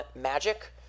Magic